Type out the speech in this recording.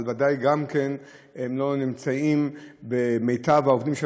אבל ודאי גם כן לא נמצאים במיטב העובדים שלנו.